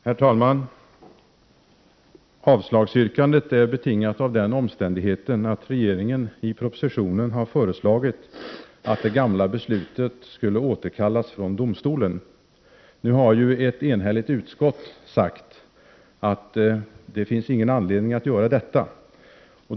Herr talman! Avslagsyrkandet är betingat av den omständigheten att regeringen i propositionen har föreslagit att det gamla beslutet skall återkallas från domstolen. Nu har ju ett enhälligt utskott uttalat att det inte finns någon anledning att göra detta.